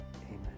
Amen